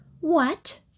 What